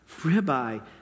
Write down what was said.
ribeye